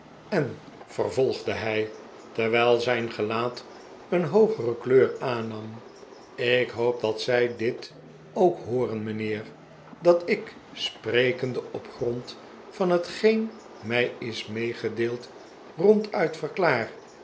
en vervolgde hij terwijl zijn gelaat een hoo gere kleur aannam ik hoop dat zij dit ook hooren mijnheer dat ik sprekende op grond van hetgeen mij is meegedeeld ronduit verklaar